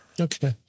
Okay